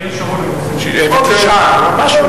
לאריאל שרון היו 26, תשעה, משהו,